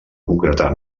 concretar